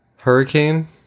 hurricane